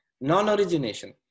non-origination